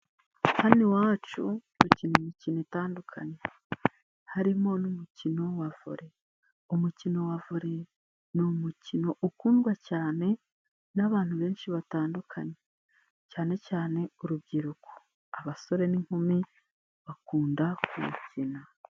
Hano iwacu dukina imikino itandukanye harimo n'umukino wa vore. Umukino wa vore, ni umukino ukundwa cyane n'abantu benshi batandukanye, cyane cyane urubyiruko. Abasore n'inkumi bakunda kuwukina.